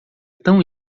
tão